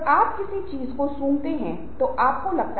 अब यह एक ऐसी चीज है जिसे हम बॉडी लैंग्वेज के व्याख्यान में बात करेंगे